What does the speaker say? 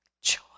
Joy